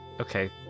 Okay